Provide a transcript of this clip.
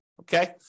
okay